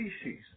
species